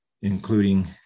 including